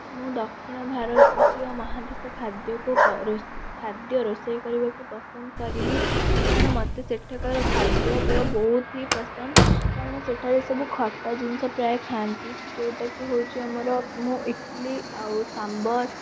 ମୁଁ ଦକ୍ଷିଣ ଭାରତୀୟ ମହାଦେଶ ଖାଦ୍ୟକୁ ଖାଦ୍ୟ ରୋଷେଇ କରିବାକୁ ପସନ୍ଦ କରିବି କାରଣ ମୋତେ ସେଠାକାର ଖାଦ୍ୟପେୟ ବହୁତ ହି ପସନ୍ଦ କାରଣ ସେଠାରେ ସବୁ ଖଟା ଜିନିଷ ପ୍ରାୟ ଖାଆନ୍ତି ଯେଉଁଟାକି ହେଉଛି ଆମର ମୁଁ ଇଟ୍ଲି ଆଉ ସାମ୍ବର୍